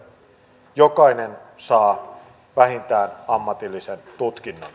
jokainen saa vähintään ammatillisen tutkinnon